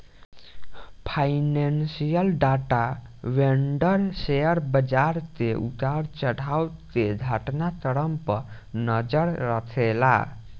financial data vendor share बाजार के उतार चढ़ाव के घटना क्रम पर नजर रखेला